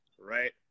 right